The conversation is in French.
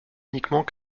uniquement